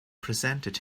presented